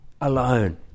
alone